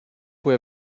cui